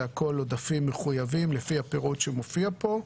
זה הכול עודפים מחויבים לפי הפירוט שמופיע פה.